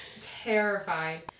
Terrified